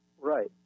Right